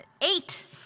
Eight